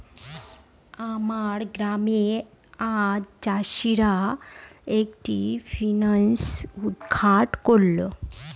আমার গ্রামে আজ চাষিরা একটি ফিসারি উদ্ঘাটন করল